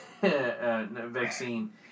vaccine